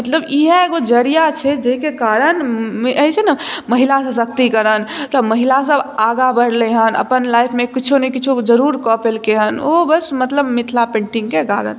मतलब इहए एगो जरिया छै जाहिके कारण ई होइ छै ने महिला सशक्तिकरण तऽ महिला सब आगाँ बढ़लै हन अपन लाइफमे किछौ ने किछौ जरूर कऽ पैलकै हन ओ बस मतलब मिथिला पेन्टिंगके कारण